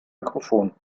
mikrofon